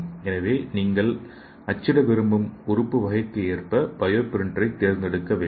எனவே நீங்கள் அச்சிட விரும்பும் உறுப்பு வகைக்கு ஏற்ப பயோ பிரிண்டரைத் தேர்ந்தெடுக்க வேண்டும்